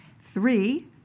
Three